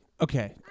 Okay